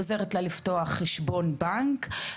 עוזרת לה לפתוח חשבון בנק,